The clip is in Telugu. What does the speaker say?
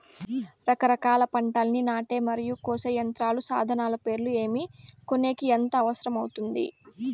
రకరకాల పంటలని నాటే మరియు కోసే యంత్రాలు, సాధనాలు పేర్లు ఏమి, కొనేకి ఎంత అవసరం అవుతుంది?